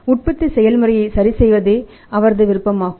உற்பத்தி செயல்முறையை சரிசெய்வதே அவரது விருப்பமாகும்